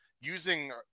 using